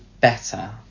better